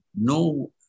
no